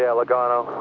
yeah logano.